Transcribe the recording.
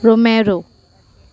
रोमेरो